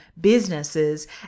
businesses